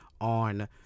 on